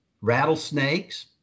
rattlesnakes